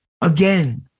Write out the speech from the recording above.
again